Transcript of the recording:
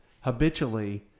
habitually